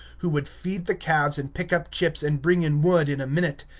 who would feed the calves and pick up chips and bring in wood in a minute.